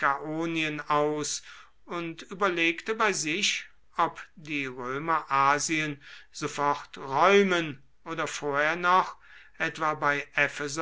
aus und überlegte bei sich ob die römer asien sofort räumen oder vorher noch etwa bei